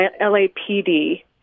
LAPD